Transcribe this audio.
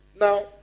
Now